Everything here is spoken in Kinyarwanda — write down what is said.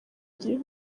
gihe